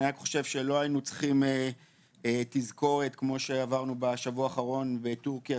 אני חושב שלא היינו צריכים תזכורת כמו שעברנו בשבוע האחרון בטורקיה,